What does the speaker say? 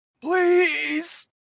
please